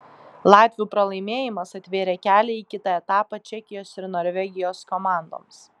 latvių pralaimėjimas atvėrė kelią į kitą etapą čekijos ir norvegijos komandoms